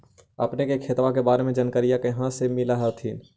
अपने के खेतबा के बारे मे जनकरीया कही से मिल होथिं न?